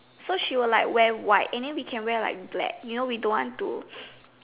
so she will like wear white and then we can wear black you know we don't want to